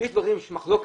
יש דברים שהם במחלוקת,